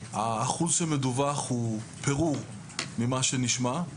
האחוז שמדווח הוא פירור ממה שנשמע.